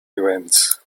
events